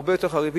הרבה יותר חריף.